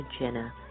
Jenna